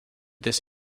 this